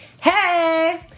Hey